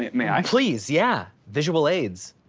may i? please, yeah, visual aids.